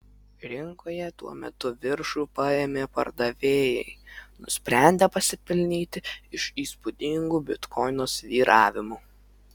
rinkoje tuo metu viršų paėmė pardavėjai nusprendę pasipelnyti iš įspūdingų bitkoino svyravimų